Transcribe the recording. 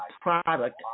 product